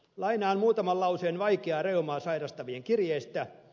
lainaan muutaman lauseen vaikeaa reumaa sairastavien kirjeistä